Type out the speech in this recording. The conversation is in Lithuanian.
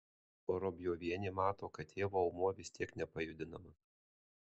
vorobjovienė mato kad tėvo aumuo vis tiek nepajudinamas